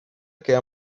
queda